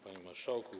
Panie Marszałku!